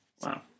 Wow